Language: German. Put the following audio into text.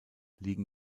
liegen